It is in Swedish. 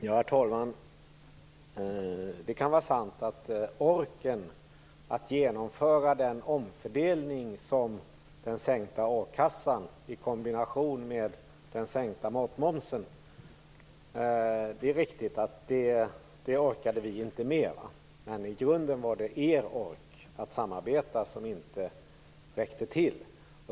Herr talman! Det kan vara sant att vi inte hade orken att genomföra den omfördelning som den sänkta ersättningen från a-kassan i kombination med den sänkta matmomsen innebar. Men i grunden var det er ork att samarbeta som inte räckte till.